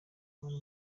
kubona